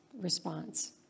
response